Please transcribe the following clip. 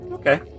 Okay